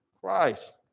Christ